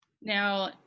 Now